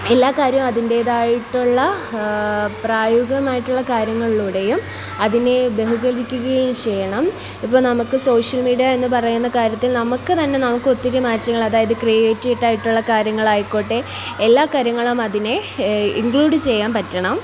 എല്ലാ കാര്യവും അതിൻ്റേതായിട്ടുള്ള പ്രായോഗികമായിട്ടുള്ള കാര്യങ്ങളിലൂടെയും അതിനെ ബഹുകരിക്കുകയും ചെയ്യണം ഇപ്പോൾ നമുക്ക് സോഷ്യൽ മീഡിയ എന്നു പറയുന്ന കാര്യത്തിൽ നമുക്ക് തന്നെ നമുക്ക് ഒത്തിരി മേച്ചിങ്ങുള്ള അതായത് ക്രിയേറ്റീവായിട്ടുള്ള കാര്യങ്ങളായിക്കോട്ടെ എല്ലാ കാര്യങ്ങളും അതിനെ ഇൻക്ലൂഡ് ചെയ്യാൻ പറ്റണം